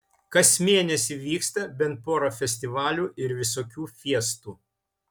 kas mėnesį vyksta bent pora festivalių ir visokių fiestų